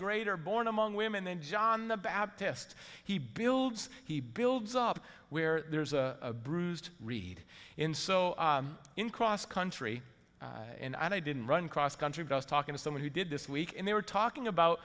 greater born among women than john the baptist he builds he builds up where there's a bruised reed in so in cross country and i didn't run cross country i was talking to someone who did this week and they were talking about